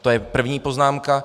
To je první poznámka.